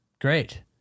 great